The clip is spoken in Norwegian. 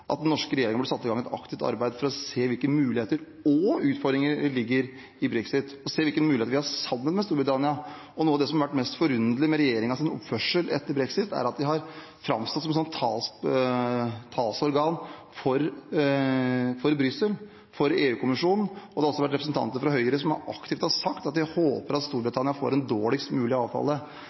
at den norske regjeringen burde satt i gang et aktivt arbeid for å se hvilke muligheter og utfordringer som ligger i brexit, og se hvilke muligheter vi har sammen med Storbritannia. Noe av det som har vært mest forunderlig med regjeringens oppførsel etter brexit, er at de har framstått som et talsorgan for Brussel, for EU-kommisjonen. Det har også vært representanter fra Høyre som aktivt har sagt at de håper at Storbritannia får en dårligst mulig avtale.